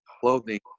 clothing